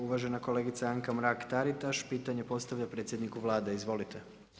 Uvažena kolegica Anka Mrak-Taritaš, pitanje postavlja predsjedniku Vlade, izvolite.